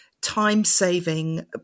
time-saving